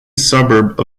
suburb